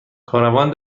کاروان